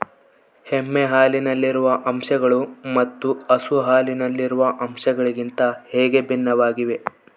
ಎಮ್ಮೆ ಹಾಲಿನಲ್ಲಿರುವ ಅಂಶಗಳು ಮತ್ತು ಹಸು ಹಾಲಿನಲ್ಲಿರುವ ಅಂಶಗಳಿಗಿಂತ ಹೇಗೆ ಭಿನ್ನವಾಗಿವೆ?